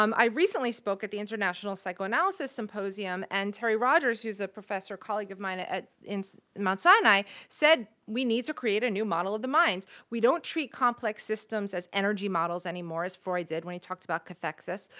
um i recently spoke at the international psychoanalysis symposium, and terry rogers, who's a professor colleague of mine at mount sinai, said we need to create a new model of the mind. we don't treat complex systems as energy models anymore as freud did when he talked about cathexis.